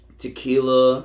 tequila